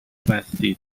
بستید